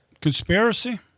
Conspiracy